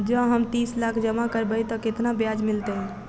जँ हम तीस लाख जमा करबै तऽ केतना ब्याज मिलतै?